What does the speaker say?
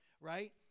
right